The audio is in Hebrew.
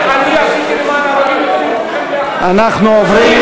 אנחנו עוברים